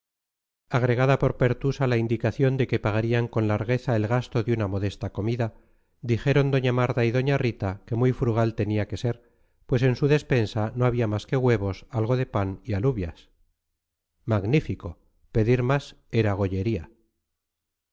agregada por pertusa la indicación de que pagarían con largueza el gasto de una modesta comida dijeron doña marta y doña rita que muy frugal tenía que ser pues en su despensa no había más que huevos algo de pan y alubias magnífico pedir más era gollería